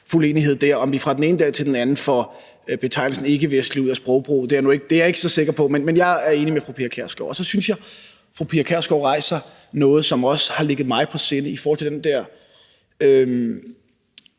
fuld enighed der; om vi fra den ene dag til den anden får betegnelsen ikkevestlige ud af sprogbrugen, er jeg ikke så sikker på, men jeg er enig med fru Pia Kjærsgaard. Så synes jeg, fru Pia Kjærsgaard rejser noget, som også har ligget mig på sinde, i forhold til det der